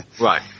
Right